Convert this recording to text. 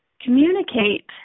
communicate